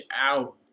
out